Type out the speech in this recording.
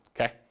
Okay